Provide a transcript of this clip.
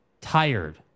tired